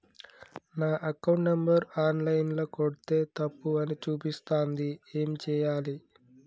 నా account number online ల కొడ్తే తప్పు అని చూపిస్తాంది ఏం చేయాలి?